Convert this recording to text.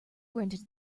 rented